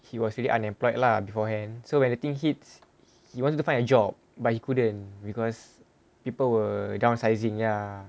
he was really unemployed lah beforehand so anything he you wanted to find a job but he couldn't because people were downsizing ya